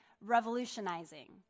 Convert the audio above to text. revolutionizing